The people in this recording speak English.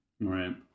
Right